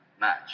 match